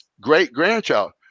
great-grandchild